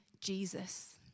Jesus